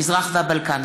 מזרח והבלקן.